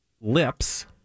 lips